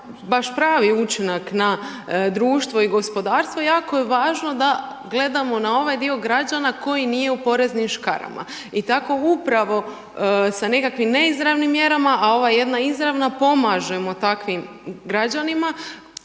baš pravi učinak na društvo i gospodarstvo, jako je važno da gledamo na ovaj dio građana koji nije u poreznim škarama i tako upravo sa nekakvim neizravnim mjerama a ova jedna izravna, pomažemo takvim građanima,